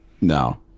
No